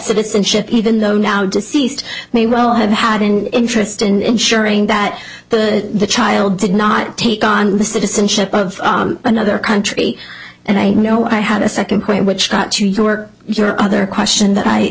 citizenship even though now deceased may well have had an interest in sharing that the child did not take on the citizenship of another country and i know i had a second point which got to your your other question that i